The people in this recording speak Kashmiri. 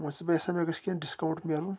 ؤنۍ چھُس بہٕ یژھان مےٚ گژھِ کیٚنہہ ڈِسکاونٛٹ میٚلُن